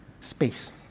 Space